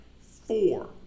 Four